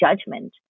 judgment